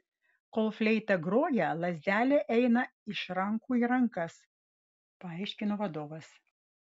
kol fleita groja lazdelė eina iš rankų į rankas paaiškino vadovas